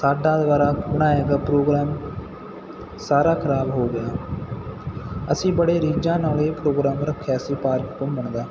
ਸਾਡੇ ਦੁਆਰਾ ਬਣਾਇਆ ਗਿਆ ਪ੍ਰੋਗਰਾਮ ਸਾਰਾ ਖਰਾਬ ਹੋ ਗਿਆ ਅਸੀਂ ਬੜੇ ਰੀਝਾਂ ਨਾਲ ਇਹ ਪ੍ਰੋਗਰਾਮ ਰੱਖਿਆ ਸੀ ਪਾਰਕ ਘੁੰਮਣ ਦਾ